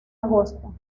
agosto